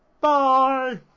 Bye